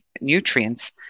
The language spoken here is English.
nutrients